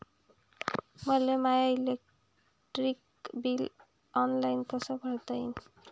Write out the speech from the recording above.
मले my electric bill online कस भरता येईन?